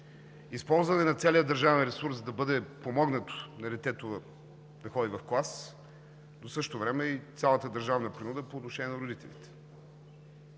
използване на целия държавен ресурс, за да бъде помогнато детето да ходи в клас, но в същото време и цялата държавна принуда по отношение на родителите.